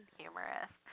humorous